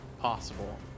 possible